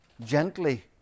gently